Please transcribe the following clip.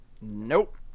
Nope